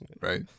Right